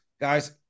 guys